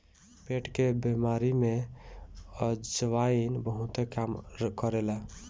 पेट के बेमारी में अजवाईन बहुते काम करेला